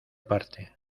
parte